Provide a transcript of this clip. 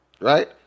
right